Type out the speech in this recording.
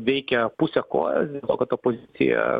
veikia puse kojos dėl to kad opozicija